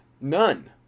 none